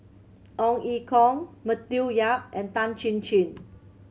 Ong Ye Kung Matthew Yap and Tan Chin Chin